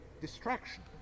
distraction